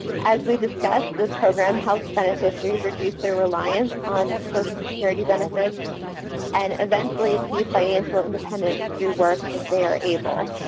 as we discussed, discussed, the program helps beneficiaries reduce their reliance on social security benefits and eventually achieve financial independence through work if they are able.